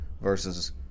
versus